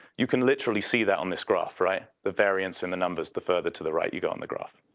you can literally see that on this graph, right? the variance in the numbers the further to the right you go on the graph.